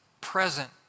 present